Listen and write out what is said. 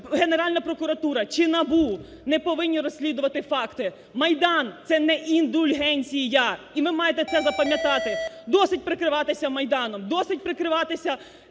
Генеральна прокуратура, чи НАБУ не повинні розслідувати факти. Майдан – це не індульгенція! І ви маєте це запам’ятати, досить прикриватися Майданом, досить прикриватися.